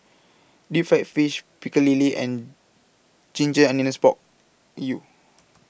Deep Fried Fish Pecel Lele and Ginger Onions Pork U